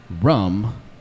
rum